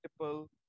multiple